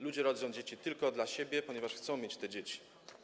Ludzie rodzą dzieci tylko dla siebie, ponieważ chcą mieć dzieci.